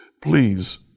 Please